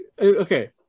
Okay